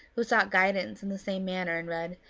who sought guidance in the same manner, and read,